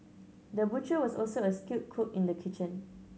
the butcher was also a skilled cook in the kitchen